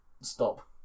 Stop